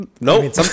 nope